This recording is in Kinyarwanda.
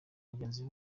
bagenzi